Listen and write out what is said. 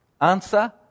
Answer